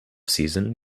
season